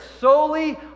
solely